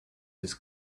his